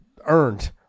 earned